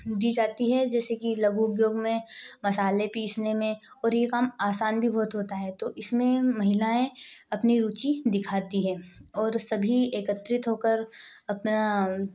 दी जाती है जैसे की लघु उद्योग में मसाले पिसने में और यह काम आसान भी बहुत होता है तो इसमें महिलाएँ अपनी रूचि दिखाती है और सभी एकत्रित होकर अपना